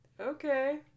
Okay